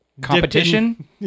competition